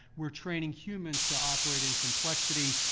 we're training humans to operate in complexity.